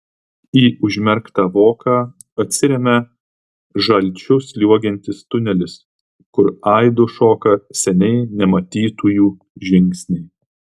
į užmerktą voką atsiremia žalčiu sliuogiantis tunelis kur aidu šoka seniai nematytųjų žingsniai